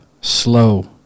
slow